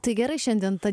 tai gerai šiandien ta